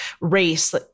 race